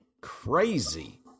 crazy